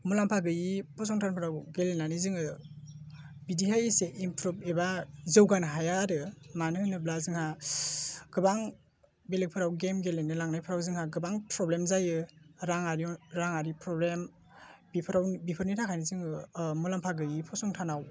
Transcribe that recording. मुलाम्फा गैयै फसंथानफोराव गेलेनानै जोङो बिदिहाय एसे इमप्रुब एबा जौगानो हाया आरो मानो होनोब्ला जोंहा गोबां बेलेकफोराव गेम गेलेनो लांनायफ्राव जोंहा गोबां प्रब्लेम जायो राङारि राङारि प्रब्लेम बेफोराव बेफोरनि थाखायनो जोङो मुलाम्फा गैयै फसंथानाव